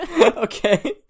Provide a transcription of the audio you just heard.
Okay